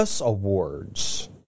awards